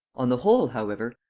on the whole, however,